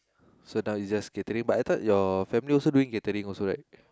so now is just catering but I thought your family also doing catering also right